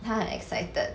他很 excited